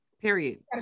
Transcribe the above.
period